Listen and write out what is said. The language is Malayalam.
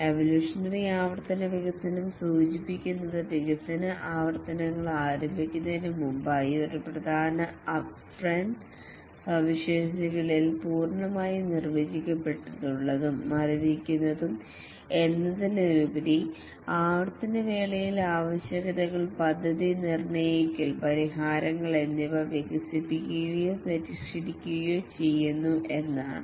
"എവൊല്യൂഷനറി ആവർത്തന വികസനം സൂചിപ്പിക്കുന്നത് വികസന ആവർത്തനങ്ങൾ ആരംഭിക്കുന്നതിനുമുമ്പായി ഒരു പ്രധാന അപ് ഫ്രണ്ട് സവിശേഷതകളിൽ പൂർണ്ണമായും നിർവചിക്കപ്പെട്ടിട്ടുള്ളതും" മരവിക്കുന്നതും "എന്നതിലുപരി ആവർത്തന വേളയിൽ ആവശ്യകതകൾ പദ്ധതി നിര്ണയിക്കൽ പരിഹാരങ്ങൾ എന്നിവ വികസിക്കുകയോ പരിഷ്കരിക്കുകയോ ചെയ്യുന്നു എന്നാണ്